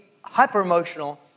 hyper-emotional